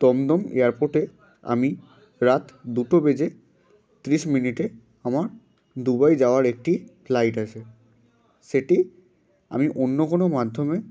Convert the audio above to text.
দমদম এয়ারপোর্টে আমি রাত দুটো বেজে তিরিশ মিনিটে আমার দুবাই যাওয়ার একটি ফ্লাইট আছে সেটি আমি অন্য কোনো মাধ্যমে